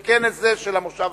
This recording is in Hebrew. ביום י"ט בשבט התש"ע (3 בפברואר 2010):